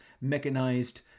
mechanized